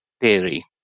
theory